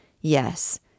Yes